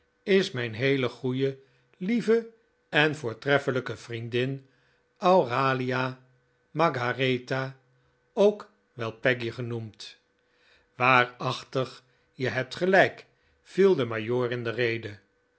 is mijn heele goeie lieve en voortreffelijke vriendin auralia margaretta ook wel peggy genoemd waarachtig je hebt gelijk viel de majoor in de rede